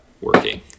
working